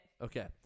Okay